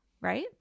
right